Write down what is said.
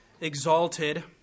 exalted